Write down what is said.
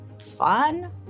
Fun